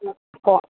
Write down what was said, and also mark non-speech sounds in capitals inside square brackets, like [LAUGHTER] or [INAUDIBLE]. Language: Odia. [UNINTELLIGIBLE]